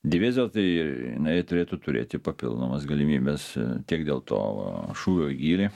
divizija tai jinai turėtų turėti papildomas galimybes tiek dėl to šūvio į gylį